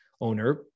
owner